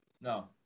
No